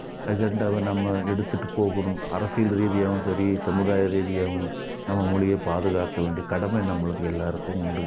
அஜெண்டாவை நம்ம எடுத்துகிட்டு போகணும் அரசியல் ரீதியாகவும் சரி சமுதாய ரீதியாகவும் நம்ம மொழிய பார்த்துக்காக்க வேண்டிய கடமை நம்மளுக்கு எல்லாேருக்கும் உண்டு